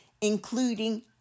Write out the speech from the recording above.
including